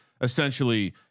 essentially